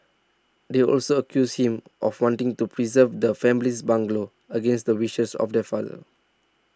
they also accused him of wanting to preserve the family's bungalow against the wishes of their father